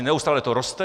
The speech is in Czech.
Neustále to roste.